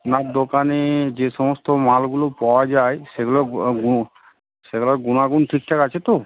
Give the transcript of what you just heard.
আপনার দোকানে যে সমস্ত মালগুলো পাওয়া যায় সেগুলো গু সেগুলোর গুণাগুণ ঠিকঠাক আছে তো